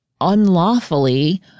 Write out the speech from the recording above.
unlawfully